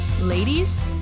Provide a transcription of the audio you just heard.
Ladies